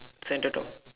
center to